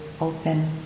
open